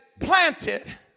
planted